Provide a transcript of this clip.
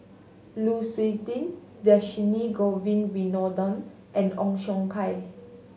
Lu Suitin Dhershini Govin Winodan and Ong Siong Kai